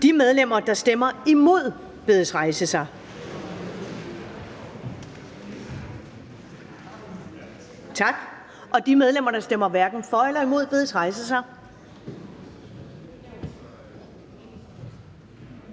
De medlemmer, der stemmer imod, bedes rejse sig. Tak. De medlemmer, der stemmer hverken for eller imod, bedes rejse sig.